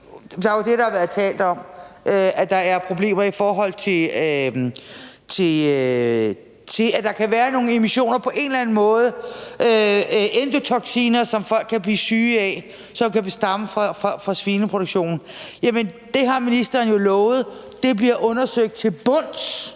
fast i det. Hvis vi taler om, at der er problemer i forhold til, at der kan være nogle emissioner på en eller anden måde, endotoksiner, som folk kan blive syge af, som kan stamme fra svineproduktionen, jamen så har ministeren jo lovet, at det bliver undersøgt til bunds